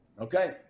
Okay